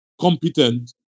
competent